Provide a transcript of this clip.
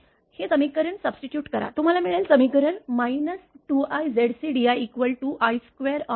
हे समीकरण सब्स्टिएटुउट करा तुम्हाला मिळेल समीकरण 2iZcdi i2Rdxv2Gdx